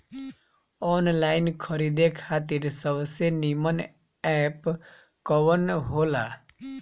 Online खरीदे खातिर सबसे नीमन एप कवन हो ला?